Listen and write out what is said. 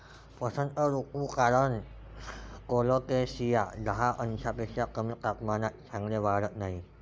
वसंत ऋतू कारण कोलोकेसिया दहा अंशांपेक्षा कमी तापमानात चांगले वाढत नाही